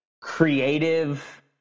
creative